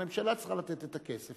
הממשלה צריכה לתת את הכסף,